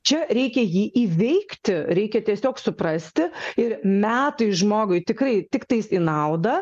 čia reikia jį įveikti reikia tiesiog suprasti ir metai žmogui tikrai tiktais į naudą